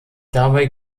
dabei